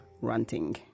Ranting